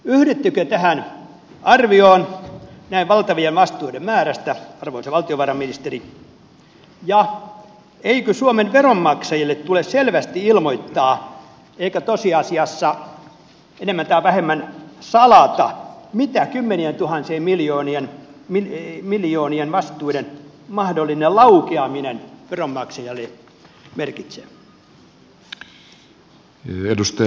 yhdyttekö tähän arvioon näin valtavien vastuiden määrästä arvoisa valtiovarainministeri ja eikö suomen veronmaksajille tule selvästi ilmoittaa eikä tosiasiassa enemmän tai vähemmän salata mitä kymmenientuhansien miljoonien vastuiden mahdollinen laukeaminen veronmaksajalle merkitsee